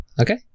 okay